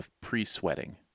Pre-sweating